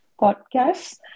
podcasts